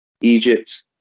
Egypt